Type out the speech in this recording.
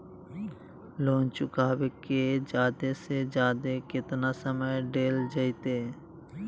Loan चुकाबे के जादे से जादे केतना समय डेल जयते?